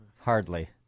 Hardly